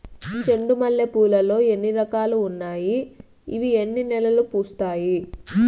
చెండు మల్లె పూలు లో ఎన్ని రకాలు ఉన్నాయి ఇవి ఎన్ని నెలలు పూస్తాయి